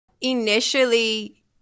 Initially